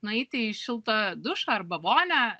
nueiti į šiltą dušą arba vonią